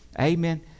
Amen